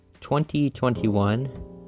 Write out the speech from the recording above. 2021